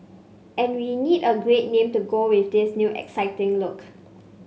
and we need a great name to go with this new exciting look